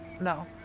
no